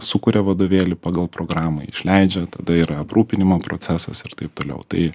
sukuria vadovėlį pagal programą jį išleidžia tada yra aprūpinimo procesas ir taip toliau tai